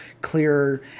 clearer